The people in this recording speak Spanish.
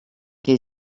que